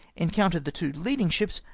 encountered the two leading ships,